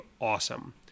Awesome